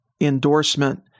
endorsement